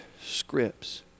scripts